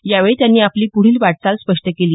यावेळी त्यांनी आपली पुढील वाटचाल स्पष्ट केली